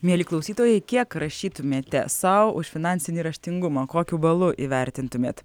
mieli klausytojai kiek rašytumėte sau už finansinį raštingumą kokiu balu įvertintumėt